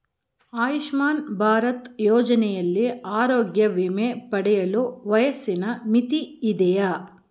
ಆಯುಷ್ಮಾನ್ ಭಾರತ್ ಯೋಜನೆಯಲ್ಲಿ ಆರೋಗ್ಯ ವಿಮೆ ಪಡೆಯಲು ವಯಸ್ಸಿನ ಮಿತಿ ಇದೆಯಾ?